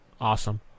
Awesome